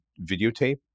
videotape